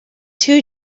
two